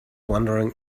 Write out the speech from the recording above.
wondering